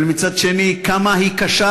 אבל מצד שני כמה היא קשה,